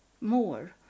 more